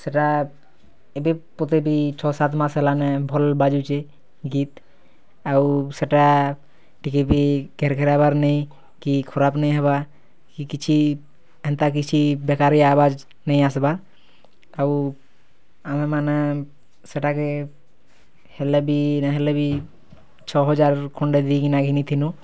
ସେଟା ଏବେ ପତେ ବି ଛଅ ସାତ୍ ମାସ୍ ହେଲାନେ ଭଲ୍ ବାଜୁଛେ ଗୀତ୍ ଆଉ ସେଟା ଟିକେ ବି କେର୍କେରା ନାଇ କି ଖରାପ୍ ନାଇ ହେବାର୍ କି କିଛି ହେନ୍ତା କିଛି ବେକାରିଆ ଆବାଜ୍ ନାଇ ଆସ୍ବାର୍ ଆଉ ଆମେମାନେ ସେଟା କେ ହେଲେ ବି ନାଇ ହେଲେ ବି ଛଅ ହଜାର୍ ଖଣ୍ଡେ ଦେଇକିନା ଘିନିଥିଲୁଁ